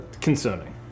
concerning